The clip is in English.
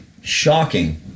shocking